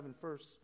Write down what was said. first